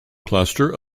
cluster